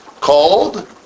called